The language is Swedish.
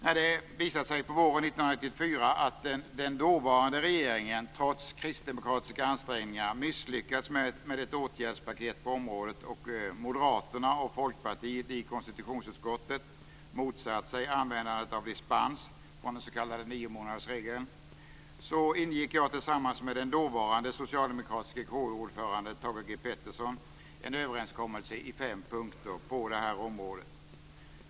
När det visat sig på våren 1994 att den dåvarande regeringen - trots kristdemokratiska ansträngningar - misslyckats med ett åtgärdspaket på området och niomånadersregeln, ingick jag tillsammans med den dåvarande socialdemokratiske KU-ordföranden Thage G Peterson en överenskommelse i fem punkter på det här området.